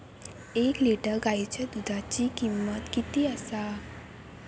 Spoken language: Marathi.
एक लिटर गायीच्या दुधाची किमंत किती आसा?